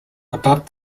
above